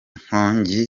nkongi